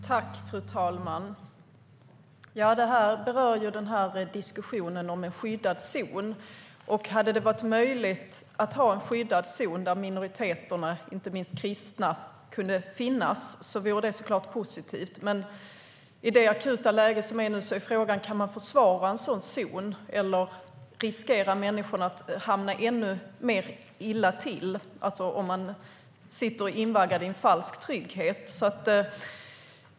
Fru talman! Det här berör diskussionen om en skyddad zon. Hade det varit möjligt att ha en skyddad zon där minoriteterna, inte minst de kristna, kunde finnas vore det såklart positivt. Men i det nuvarande akuta läget är frågan om man kan försvara en sådan zon eller om människorna riskerar att hamna ännu mer illa till om de sitter invaggade i en falsk trygghet.